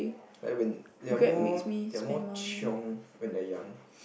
like when they're more they're more chiong when they're young